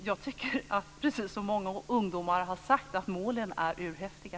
Jag tycker - precis som många ungdomar har sagt - att målen är urhäftiga.